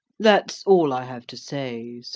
that's all i have to say, sir.